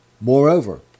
Moreover